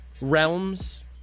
realms